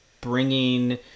bringing